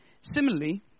Similarly